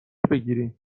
بگیریم